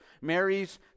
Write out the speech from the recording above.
Mary's